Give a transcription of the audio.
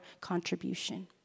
contribution